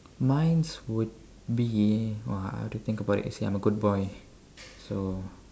mine's would be !wah! I have to think about it see I'm a good boy so